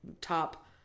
top